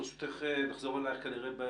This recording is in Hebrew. ברשותך, איריס, כנראה נחזור אליך בהמשך.